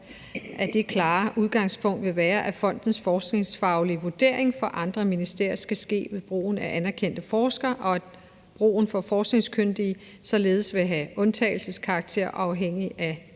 at det klare udgangspunkt vil være, at fondens forskningsfaglige vurderinger for andre ministerier skal ske ved brug af anerkendte forskere, og at brugen af forskningskyndige således vil have undtagelseskarakter og afhænge af en